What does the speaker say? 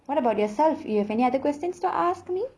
what about yourself you have any other questions to ask me